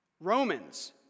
Romans